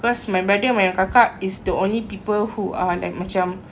cause my brother my kakak is the only people who are like macam